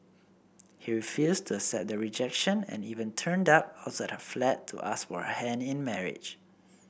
he refused to accept the rejection and even turned up outside her flat to ask for her hand in marriage